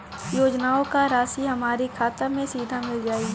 योजनाओं का राशि हमारी खाता मे सीधा मिल जाई?